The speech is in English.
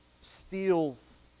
steals